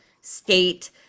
state